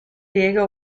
diego